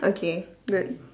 okay good